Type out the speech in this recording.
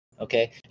okay